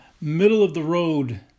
middle-of-the-road